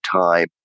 time